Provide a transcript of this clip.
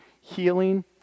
healing